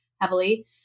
heavily